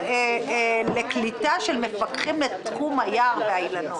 לקליטה של מפקחים לתחום היער והאילנות?